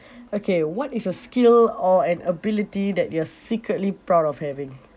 okay what is a skill or an ability that you are secretly proud of having